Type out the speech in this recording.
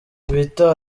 bita